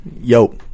Yo